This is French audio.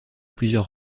plusieurs